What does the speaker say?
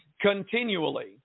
continually